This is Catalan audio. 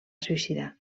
suïcidar